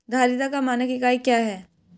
धारिता का मानक इकाई क्या है?